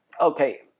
Okay